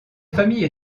familles